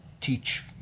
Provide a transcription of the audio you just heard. teach